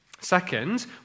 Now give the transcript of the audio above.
Second